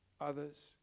others